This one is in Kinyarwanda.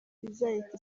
izahita